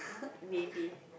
maybe